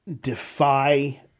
defy